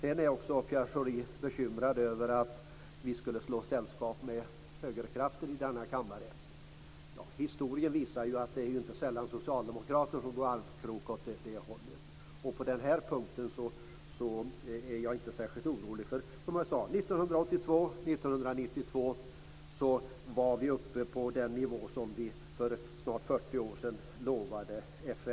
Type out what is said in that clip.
Pierre Schori är bekymrad över att vi skulle göra sällskap med högerkrafter i denna kammare. Historien visar ju att det inte sällan är socialdemokrater som går armkrok åt det hållet. På den här punkten är jag inte särskilt orolig, eftersom vi, som jag sade, 1982 och 1992 var uppe på den nivå som vi för snart 40 år sedan lovade FN.